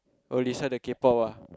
oh Lisa the K-pop ah